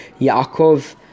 Yaakov